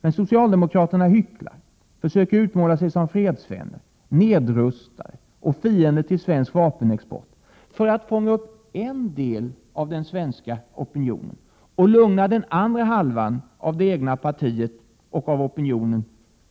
Men socialdemokraterna hycklar och försöker utmåla sig som fredsvänner, nedrustare och fiender till svensk vapenexport för att dels fånga upp en del av den svenska opinionen, dels lugna den halva av det egna partiet och av opinionen